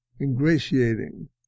ingratiating